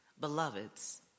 Beloveds